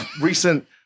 recent